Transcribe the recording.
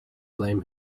blame